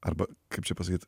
arba kaip čia pasakyt